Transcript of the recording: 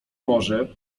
może